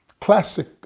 classic